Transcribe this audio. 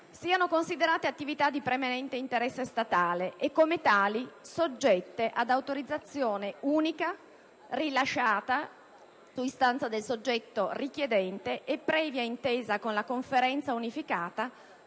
siano considerati attività di preminente interesse statale e, come tali, soggette ad autorizzazione unica rilasciata, su istanza del soggetto richiedente e previa intesa con la Conferenza unificata